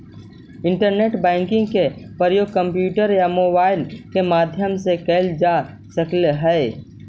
internet banking के प्रयोग computer या मोबाइल के माध्यम से कैल जा सकऽ हइ